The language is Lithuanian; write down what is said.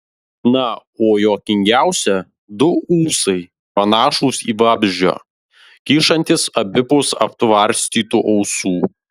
na o juokingiausia du ūsai panašūs į vabzdžio kyšantys abipus aptvarstytų ausų